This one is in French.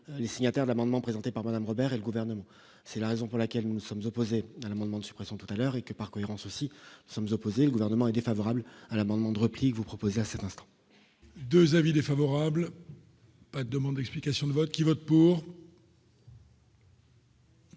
les signataires de l'amendement présenté par Madame Robert et le gouvernement, c'est la raison pour laquelle nous sommes opposés à l'amendement de suppression tout à l'heure et que, par cohérence aussi sommes opposés au gouvernement est défavorable à l'amendement de repli vous propose à cet instant. 2 avis défavorables. Demande explication de vote qui vote pour.